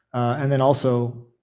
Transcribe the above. and then also,